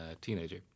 teenager